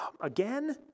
again